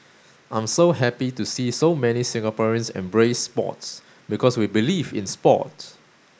I'm so happy to see so many Singaporeans embrace sports because we believe in sport